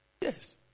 Yes